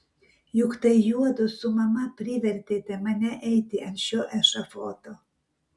juk tai juodu su mama privertė mane eiti ant šio ešafoto